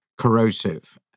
corrosive